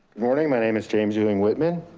morning, my name is james ewing whitman.